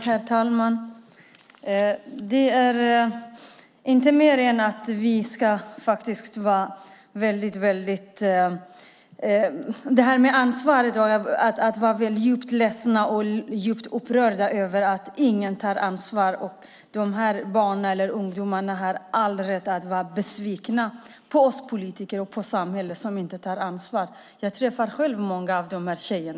Herr talman! Det inte mer än rätt att vi ska känna oss djupt ledsna och djupt upprörda över att ingen tar ansvar. Dess barn och ungdomar har all rätt att vara besvikna på oss politiker och på samhället som inte tar ansvar. Jag träffar själv många av dessa tjejer.